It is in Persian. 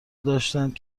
داشتند